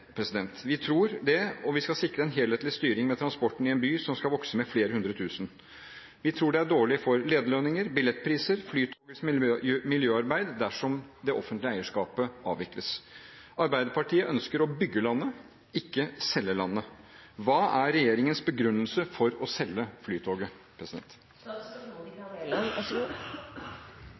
Vi tror det, og vi skal sikre en helhetlig styring med transporten i en by som skal vokse med flere hundre tusen. Vi tror det er dårlig for lederlønninger, billettpriser og Flytogets miljøarbeid dersom det offentlige eierskapet avvikles. Arbeiderpartiet ønsker å bygge landet, ikke selge landet. Hva er regjeringens begrunnelse for å selge Flytoget?